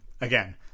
again